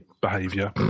behavior